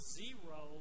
zero